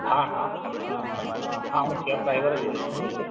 હા હા હા હા હું કેબ ડ્રાઈવર જ બોલું છું બોલો બોલો